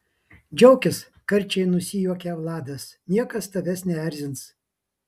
džiaukis karčiai nusijuokia vladas niekas tavęs neerzins